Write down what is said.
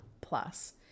plus